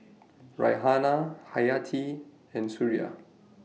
Raihana Hayati and Suria